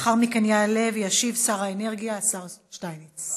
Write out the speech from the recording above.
לאחר מכן יעלה וישיב שר האנרגיה, השר שטייניץ.